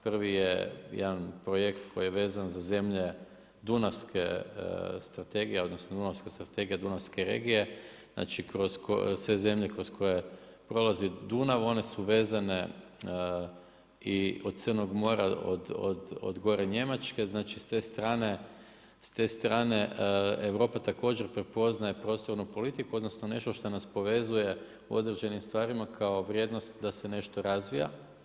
Prvi je jedan projekt koji je vezan za zemlje Dunavske strategije, odnosno, Dunavske strategije, Dunavske regije, znači kroz koji, sve zemlje kroz koje prolazi Dunav, one su vezane i od Crnog mora, od gore Njemačke, znači s te strane Europa također prepoznaje prostornu politiku, odnosno, nešto što nas povezuje u određenim stvarima, kao vrijednost da se nešto razvija.